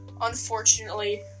unfortunately